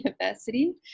university